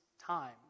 time